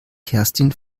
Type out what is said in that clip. kerstin